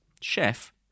Chef